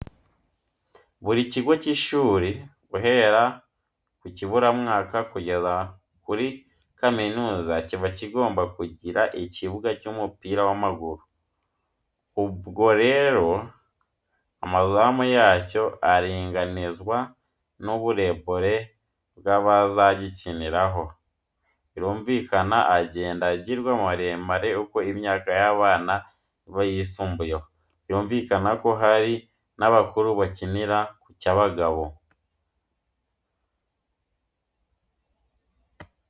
Buri kigo cy'ishuri, guhera ku y'ikiburamwaka kugera kuri kaminuza, kiba kigomba kugira ikibuga cy'umupira w'amaguru. Ubwo rero amazamu yacyo aringanizwa n'uburebure bw'abazagikiniraho, birumvikana agenda agirwa maremare uko imyaka y'abana iba yisumbuyeho, birumvikana ko hari n'abakuru bakinira ku cy'abagabo.